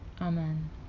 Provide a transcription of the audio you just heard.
Amen